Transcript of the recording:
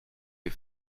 les